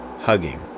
hugging